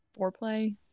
foreplay